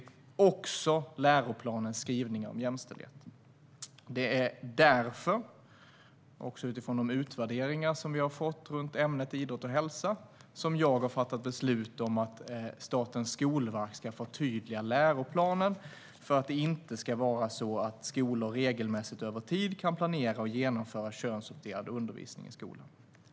Det gäller också läroplanens skrivning om jämställdhet. Utifrån de utvärderingar som har gjorts om ämnet idrott och hälsa har jag fattat beslut om att Statens skolverk ska förtydliga läroplanen. Skolor ska inte regelmässigt över tid kunna planera och genomföra könsuppdelad undervisning i skolan.